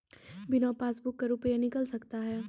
बिना पासबुक का रुपये निकल सकता हैं?